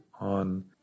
on